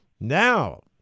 Now